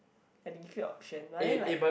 like they give you option but then like